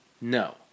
No